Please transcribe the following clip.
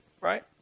right